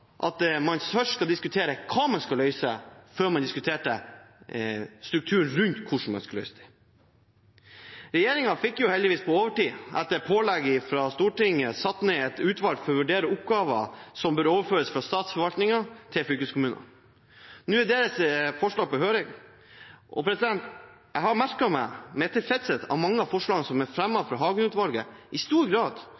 ned et utvalg for å vurdere oppgaver som bør overføres fra statsforvaltningen til fylkeskommunene. Nå er deres forslag på høring, og jeg har merket meg med tilfredshet at mange av forslagene som er